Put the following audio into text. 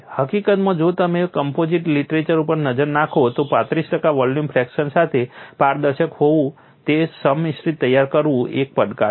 હકીકતમાં જો તમે કમ્પોઝિટ લીટરેચર ઉપર નજર નાખો તો 35 ટકા વોલ્યુમ ફ્રેક્શન સાથે પારદર્શક હોય તેવું સંમિશ્રણ તૈયાર કરવું એ એક પડકાર છે